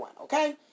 okay